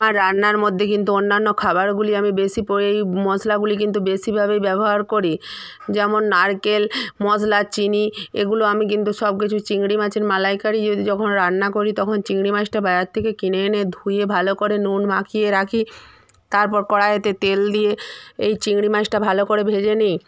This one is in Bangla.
আমার রান্নার মধ্যে কিন্তু অন্যান্য খাবারগুলি আমি বেশি পরেই মশলাগুলি কিন্তু বেশিভাবেই ব্যবহার করি যেমন নারকেল মশলা চিনি এগুলো আমি কিন্তু সব কিছুই চিংড়ি মাছের মালাইকারি যদি যখন রান্না করি তখন চিংড়ি মাছটা বাজার থেকে কিনে এনে ধুয়ে ভালো করে নুন মাখিয়ে রাখি তারপর কড়াইয়েতে তেল দিয়ে এই চিংড়ি মাছটা ভালো করে ভেজে নিই